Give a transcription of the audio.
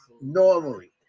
normally